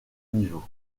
niveau